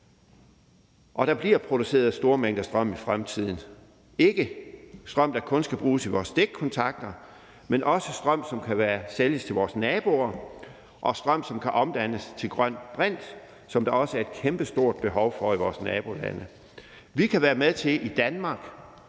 Der bliver produceret store mængder strøm i fremtiden – ikke kun strøm, der skal bruges i vores stikkontakter, men også strøm, som kan sælges til vores naboer, og strøm, som kan omdannes til grøn brint, som der også er et kæmpestort behov for i vores nabolande. Vi kan være med til i Danmark